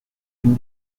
une